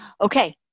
Okay